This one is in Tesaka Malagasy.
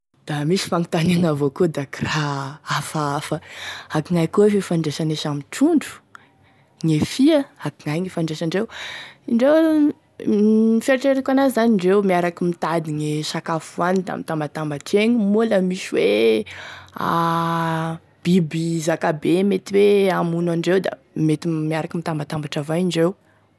Da misy fagnontaniagny avao koa da akoraha hafahafa, ankognaia koa e fifandraisane samy trondro, gne fia, akognaia gn'ifandraisandreo, indreo, fieritreretako an'azy zany indreo miaraky mitady gne sakafo hoaniny da mitambatambatra egny moa la misy hoe biby zakabe mety hoe hamono andreo da mety miaraky mitambatambatry avao indreo.